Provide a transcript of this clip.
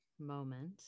moment